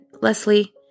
Leslie